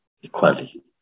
equally